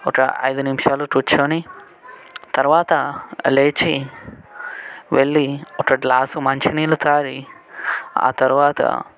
ఒక ఐదు నిమిషాలు కూర్చొని తరువాత లేచి వెళ్ళి ఒక గ్లాసు మంచినీళ్ళు త్రాగి ఆ తరువాత